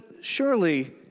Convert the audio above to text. surely